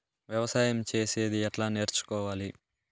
వ్యవసాయం చేసేది ఎట్లా నేర్చుకోవాలి?